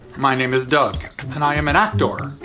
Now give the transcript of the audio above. my name is doug and i am an actor.